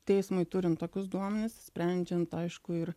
teismui turint tokius duomenis sprendžiant aišku ir